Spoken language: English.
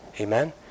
Amen